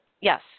Yes